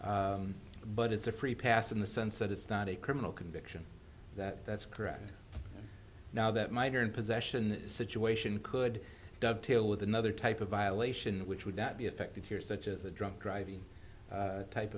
abuse but it's a free pass in the sense that it's not a criminal conviction that that's correct now that might or in possession situation could dovetail with another type of violation which would not be affected here such as a drunk driving type